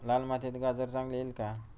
लाल मातीत गाजर चांगले येईल का?